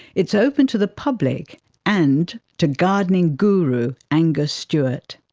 it's open to the public and to gardening guru angus stewart.